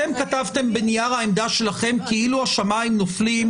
אתם כתבתם בנייר העמדה שלכם כאילו השמים נופלים,